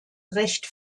recht